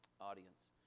audience